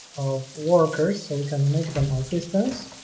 of workers so we can make them a distance